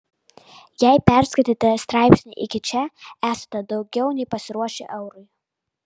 jei perskaitėte straipsnį iki čia esate daugiau nei pasiruošę eurui